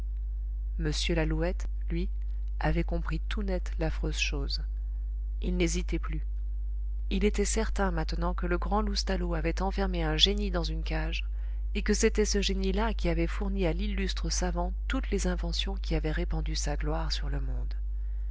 m lalouette lui avait compris tout net l'affreuse chose il n'hésitait plus il était certain maintenant que le grand loustalot avait enfermé un génie dans une cage et que c'était ce génie là qui avait fourni à l'illustre savant toutes les inventions qui avaient répandu sa gloire sur le monde